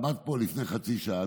הוא עמד פה לפני חצי שעה,